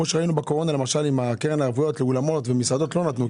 ראינו בקורונה עם הקרן לערבויות לאולמות ולמסעדות שלא נתנו.